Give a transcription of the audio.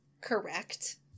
Correct